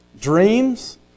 dreams